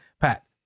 Pat